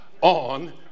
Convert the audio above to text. on